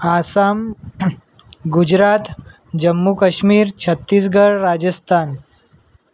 Assam Gujarat Jammu Kashmir Chhattisgarh Rajasthan